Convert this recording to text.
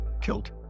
killed